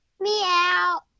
meow